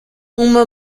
uma